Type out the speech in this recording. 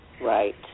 Right